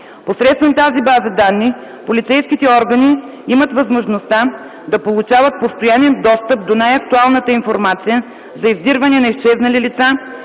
Посредством тази база данни полицейските органи имат възможността да получават постоянен достъп до най-актуалната информация за издирване на изчезнали лица,